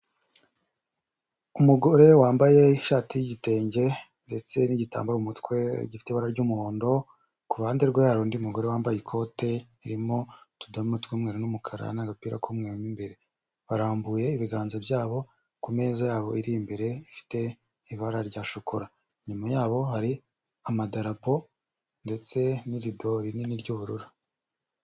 Umugore wambaye ishati y'igitenge ndetse n'igitambaro mu mutwe gifite ibara ry'umuhondo, ku ruhande rwa hari undi mugore wambaye ikote ririmo utudomo tw'umweru n'umukara n'apira k'umweru mo imbere, barambuye ibiganza byabo ku meza yabo iri imbere ifite ibara rya shokora, inyuma yabo hari amadarapo ndetse n'irido rinini ry'ubururu.